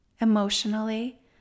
Emotionally